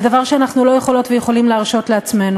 זה דבר שאנחנו לא יכולות ולא יכולים להרשות לעצמנו.